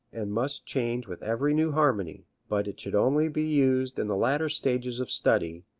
and must change with every new harmony but it should only be used in the latter stages of study,